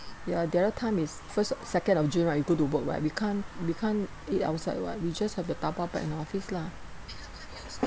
ya the other time is first second of june right we go to work right we can't we can't eat outside [what] we just have dabao back in office lah